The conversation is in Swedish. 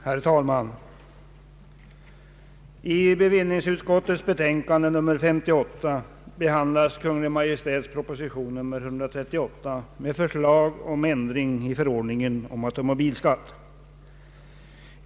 Herr talman! I bevillningsutskottets betänkande nr 58 behandlas Kungl. Maj:ts proposition nr 138 med förslag om ändring i förordningen om automobilskatt.